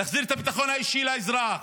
להחזיר את הביטחון האישי לאזרח,